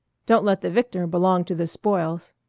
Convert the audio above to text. don't let the victor belong to the spoils.